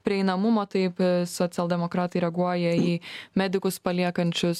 prieinamumo taip socialdemokratai reaguoja į medikus paliekančius